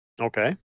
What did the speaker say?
Okay